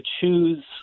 choose